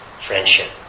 Friendship